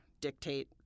dictate